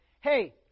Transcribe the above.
hey